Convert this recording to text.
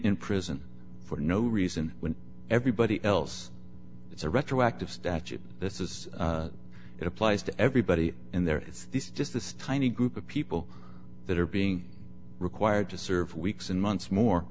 in prison for no reason when everybody else is a retroactive statute this is it applies to everybody and there is this just this tiny group of people that are being required to serve weeks and months more